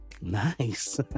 Nice